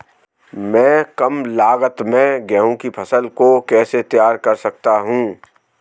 मैं कम लागत में गेहूँ की फसल को कैसे तैयार कर सकता हूँ?